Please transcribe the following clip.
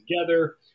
together